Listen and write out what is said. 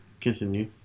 Continue